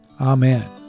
Amen